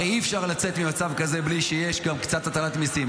הרי אי-אפשר לצאת ממצב כזה בלי שיש גם קצת הטלת מיסים,